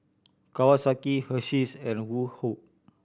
Kawasaki Hersheys and Woh Hup